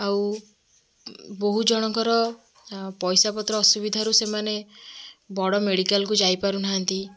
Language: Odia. ଆଉ ବହୁତ ଜଣଙ୍କର ଆ ପଇସାପତ୍ର ଅସୁବିଧାରୁ ସେମାନେ ବଡ଼ ମେଡ଼ିକାଲ୍କୁ ଯାଇପାରୁନାହିଁନ୍ତି